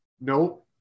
Nope